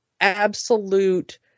absolute